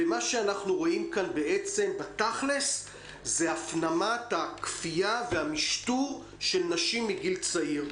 מה שאנחנו רואים כאן בתכלס זה הפנמת הכפייה והמשטור של נשים מגיל צעיר,